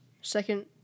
Second –